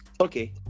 okay